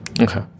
Okay